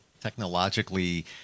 technologically